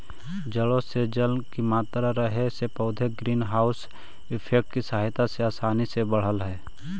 जड़ों में जल की मात्रा रहे से पौधे ग्रीन हाउस इफेक्ट की सहायता से आसानी से बढ़त हइ